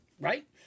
right